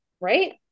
Right